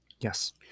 Yes